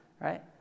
Right